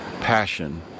passion